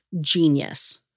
genius